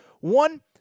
One